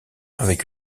avec